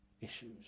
issues